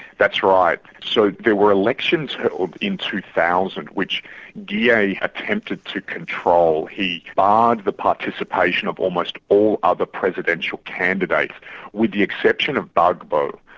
that's right. so there were elections held in two thousand which guei attempted to control. he barred the participation of almost all other presidential candidates with the exception of gbagbo.